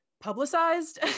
publicized